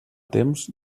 temps